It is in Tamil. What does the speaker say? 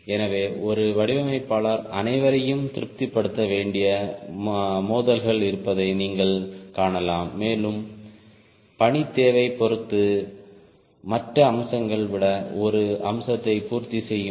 எனவே ஒரு வடிவமைப்பாளர் அனைவரையும் திருப்திப்படுத்த வேண்டிய மோதல்கள் இருப்பதை நீங்கள் காணலாம் மேலும் பணித் தேவையைப் பொறுத்து மற்ற அம்சங்களை விட ஒரு அம்சத்தை பூர்த்தி செய்யும்